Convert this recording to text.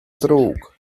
ddrwg